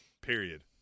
period